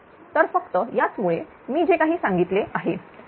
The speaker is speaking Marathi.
तर फक्त याच मुळे मी जे काही सांगितले आहे